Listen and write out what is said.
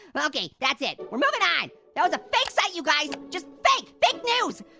okay, that's it. we're movin' on. that was a fake site you guys. just fake, fake news.